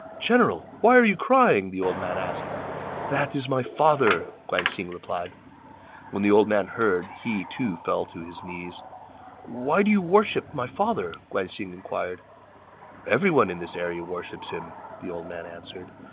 general, why are you crying? the old man asked that is my father! guan xing replied when the old man heard, he, too, fell to his knees why do you worship my father? guan xing inquired everyone in this area worships him, the old man answered.